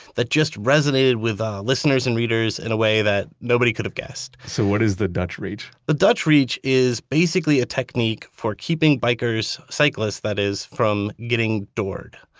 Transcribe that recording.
that just resonated with ah listeners and readers in a way that nobody could have guessed so, what is the dutch reach? the dutch reach is basically a technique for keeping bikers cyclists that is, from getting doored.